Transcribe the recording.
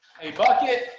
a bucket